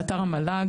באתר המל"ג,